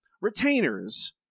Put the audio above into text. Retainers